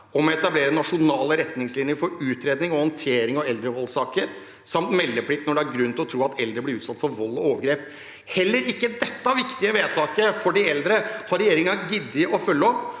om å etablere nasjonale retningslinjer for utredning og håndtering av eldrevoldssaker, samt meldeplikt når det er grunn til å tro at eldre blir utsatt for vold og overgrep. Heller ikke dette viktige vedtaket for de eldre har regjeringen giddet å følge opp,